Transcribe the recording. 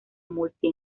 multi